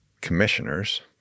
commissioners